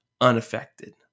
unaffected